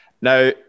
Now